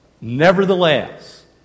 nevertheless